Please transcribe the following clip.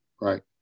Right